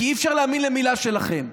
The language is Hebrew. כי אי-אפשר להאמין למילה שלכם.